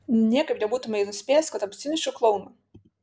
niekaip nebūtumei nuspėjęs kad taps cinišku klounu